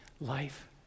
life